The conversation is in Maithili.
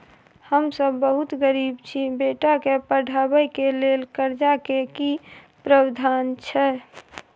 हम सब बहुत गरीब छी, बेटा के पढाबै के लेल कर्जा के की प्रावधान छै?